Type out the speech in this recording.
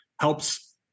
helps